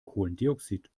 kohlendioxid